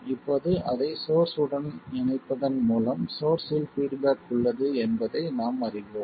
இப்போது அதை சோர்ஸ் உடன் இணைப்பதன் மூலம் சோர்ஸ்ஸில் பீட்பேக் உள்ளது என்பதை நாம் அறிவோம்